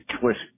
twist